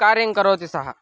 कार्यं करोति सः